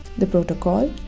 the protocol,